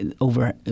over